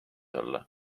olla